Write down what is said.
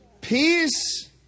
Peace